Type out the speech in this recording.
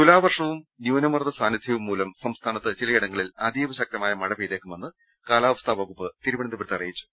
തുലാവർഷവും ന്യൂനമർദ്ദ സാന്നിധ്യവും മൂലം സംസ്ഥാനത്ത് ചിലയിടങ്ങളിൽ അതീവ ശക്തമായ മഴ പെയ്തേക്കുമെന്ന് കാലാവസ്ഥാ വകുപ്പ് തിരുവനന്തപുരത്ത് അറിയിച്ചു